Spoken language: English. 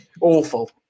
awful